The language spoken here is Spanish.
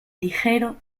ligero